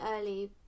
early